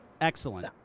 Excellent